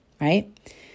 right